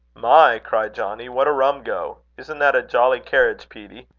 my! cried johnnie, what a rum go! isn't that a jolly carriage, peetie?